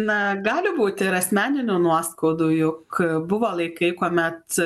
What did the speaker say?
na gali būti ir asmeninių nuoskaudų juk buvo laikai kuomet